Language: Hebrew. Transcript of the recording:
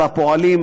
והפועלים,